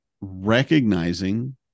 recognizing